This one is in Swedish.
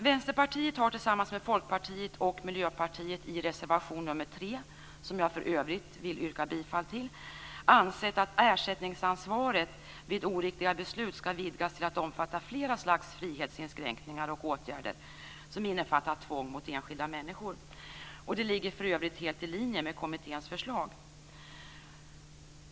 Vänsterpartiet har tillsammans med Folkpartiet och Miljöpartiet i reservation nr 3, som jag för övrigt vill yrka bifall till, ansett att ersättningsansvaret vid oriktiga beslut skall vidgas till att omfatta flera slag av frihetsinskränkningar och åtgärder som innefattat tvång mot enskilda människor. Det ligger för övrigt helt i linje med kommitténs förslag.